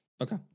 Okay